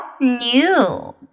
new